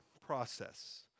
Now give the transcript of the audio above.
process